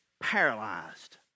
paralyzed